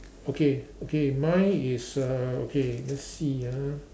okay okay mine is uh okay let's see ah